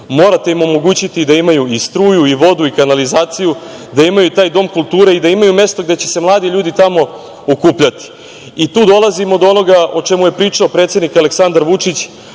Morate im omogućiti da imaju i struju i vodu i kanalizaciju, da imaju taj dom kulture i da imaju mesta gde će se mladi ljudi tamo okupljati. Tu dolazimo do onoga o čemu je pričao predsednik Aleksandar Vučić,